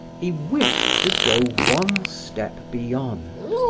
he wished to go one step beyond.